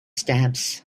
stamps